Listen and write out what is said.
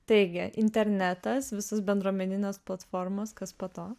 taigi internetas visos bendruomeninės platformos kas po to